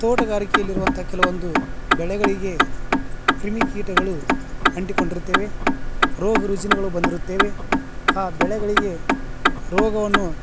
ತೋಟಗಾರಿಕೆಯಲ್ಲಿ ಇರುವಂಥ ಕೆಲವೊಂದು ಬೆಳೆಗಳಿಗೆ ಕ್ರಿಮಿಕೀಟಗಳು ಅಂಟಿಕೊಂಡಿರ್ತವೆ ರೋಗರುಜಿನಗಳು ಬಂದಿರುತ್ತವೆ ಆ ಬೆಳೆಗಳಿಗೆ ರೋಗವನ್ನು